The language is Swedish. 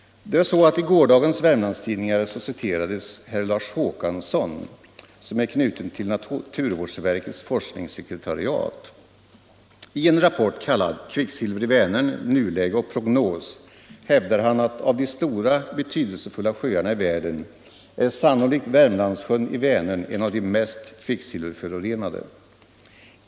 I gårdagens Värm landstidningar citerades herr Lars Håkansson, som är knuten till na Nr 48 turvårdsverkets forskningssekretariat. I en rapport kallad ”Kvicksilver Torsdagen den i Vänern — nuläge och prognos” hävdar han att av de stora, betydelsefulla 3 april 1975 sjöarna i världen är sannolikt Värmlandssjön i Vänern en av de mest kvicksilverförorenade.